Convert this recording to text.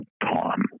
Tom